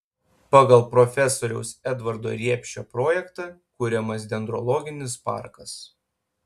pagal profesoriaus edvardo riepšo projektą kuriamas dendrologinis parkas